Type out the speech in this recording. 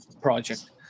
project